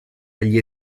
agli